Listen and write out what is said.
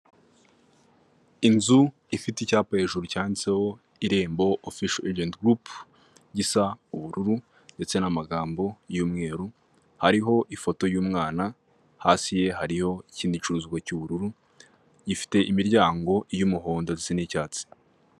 Inzu ifite icyapa hejuru cyanditseho irembo ofisho ajenti gurupe gisa ubururu ndetse n'amagambo y'umweru hariho ifoto y'umwana hasi ye hariho ikindi gicuruzwa cy'ubururu gifite imiryango y'umuhondo ndetse n'icyatsi.